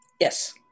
yes